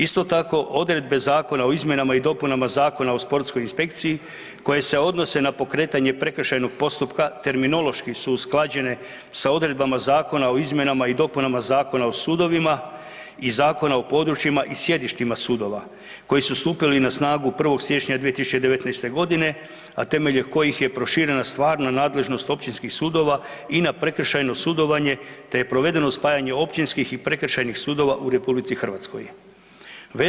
Isto tako, odredbe Zakona o izmjenama i dopunama Zakona o sportskoj inspekciji, koje se odnose na pokretanje prekršajnog postupka, terminološki su usklađene sa odredbama Zakona o izmjenama i dopunama Zakona o sudovima i Zakonima o područjima i sjedištima sudova, koji su stupili na snagu 1. siječnja 2019. godine, a temeljem kojih je proširena stvarna nadležnost općinskih sudova i na prekršajno sudovanje, te je provedeno spajanje općinskih i prekršajnih sudova u Republici Hrvatskoj.